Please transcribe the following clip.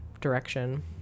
direction